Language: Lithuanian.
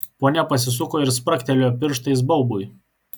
ponia pasisuko ir spragtelėjo pirštais baubui